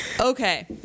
Okay